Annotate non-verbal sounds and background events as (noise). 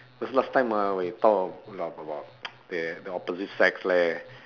cause last time ah when you talk or laugh about (noise) the opposite sex leh